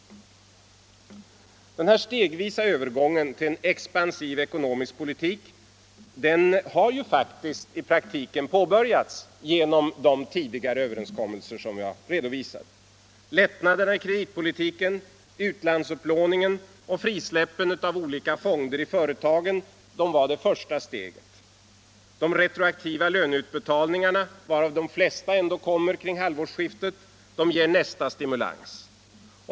Denna stegvisa övergång till en expansiv ekonomisk politik har i praktiken redan påbörjats genom de tidigare överenskommelser som jag redovisat. Lättnaderna i kreditpolitiken, utlandsupplåningen och frisläppen av olika fonder i företagen utgjorde det första steget. De retroaktiva löneutbetalningarna, varav de flesta kommer kring halvårsskiftet, ger nästa stimulans.